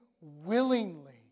willingly